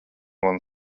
manu